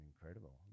incredible